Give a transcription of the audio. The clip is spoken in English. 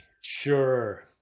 Sure